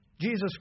Jesus